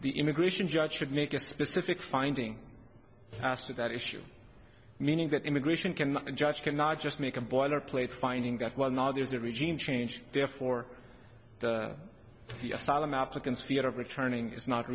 the immigration judge should make a specific finding as to that issue meaning that immigration can a judge cannot just make a boilerplate finding that well now there's a regime change there for the asylum applicants fear of returning is not